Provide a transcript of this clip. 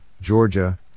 Georgia